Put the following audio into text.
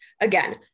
Again